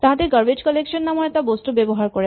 তাঁহাতে garbage collection নামৰ বস্তু এটা ব্যৱহাৰ কৰে